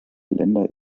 länder